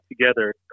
together